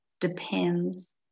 depends